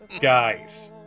guys